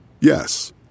Yes